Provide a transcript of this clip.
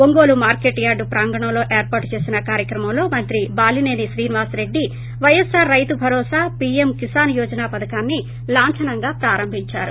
Ongole market yard ప్రాంగణంలో ఏర్పాటు చేసిన కార్యక్రమంలో మంత్రి బాలిసేని శ్రీనివాస్రెడ్డి పైఎస్ఆర్ రైతు భరోసా పీఎం కిసాన్ యోజన పథకాన్ని లాంఛనంగా ప్రారంభించారు